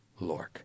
Lork